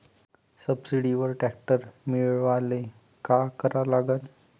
सबसिडीवर ट्रॅक्टर मिळवायले का करा लागन?